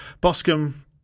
Boscombe